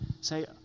Say